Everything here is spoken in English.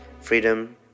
freedom